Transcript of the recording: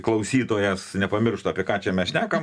klausytojas nepamirštų apie ką čia mes šnekam